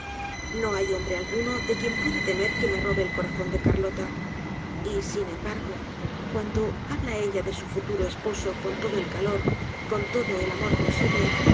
no hay hombre alguno de quién pueda tenier que me robe el corazón de carlota y sin embargo cuan do habla ella de su futuro esposo con tbdo el calor con todo el amor posible